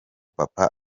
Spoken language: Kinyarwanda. papa